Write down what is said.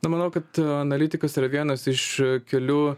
na manau kad analitikas yra vienas iš kelių